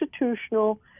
institutional